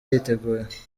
yiteguye